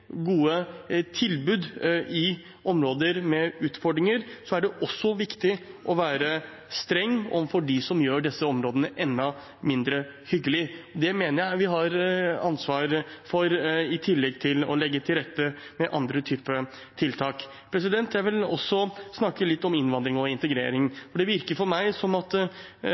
gode tilbud i områder med utfordringer er det viktig å være streng overfor dem som gjør disse områdene enda mindre hyggelige. Det mener jeg vi har ansvar for – i tillegg til å legge til rette med andre typer tiltak. Jeg vil også snakke litt om innvandring og integrering. Det virker for meg som at